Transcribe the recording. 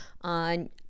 on